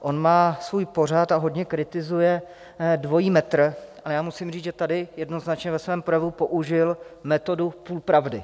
On má svůj pořad a hodně kritizuje dvojí metr, ale já musím říct, že tady jednoznačně ve svém projevu použil metodu půl pravdy.